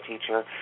teacher